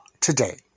today